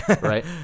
Right